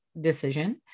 decision